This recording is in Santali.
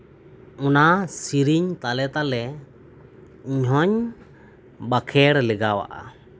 ᱚᱱᱟ ᱥᱤᱨᱤᱧ ᱛᱟᱞᱮᱼᱛᱟᱞᱮ ᱤᱧ ᱦᱚᱸᱧ ᱵᱟᱸᱠᱷᱮᱬ ᱞᱮᱜᱟᱣᱟᱜᱼᱟ